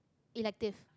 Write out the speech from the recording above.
elective